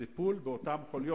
טיפול באותן חוליות.